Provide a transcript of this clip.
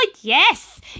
yes